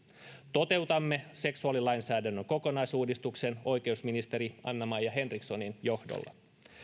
toteutamme seksuaalilainsäädännön kokonaisuudistuksen oikeusministeri anna maja henrikssonin johdolla